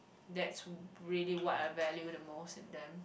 that's really what I value the most in them